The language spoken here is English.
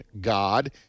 God